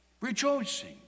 rejoicing